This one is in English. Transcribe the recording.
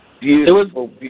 Beautiful